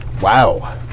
Wow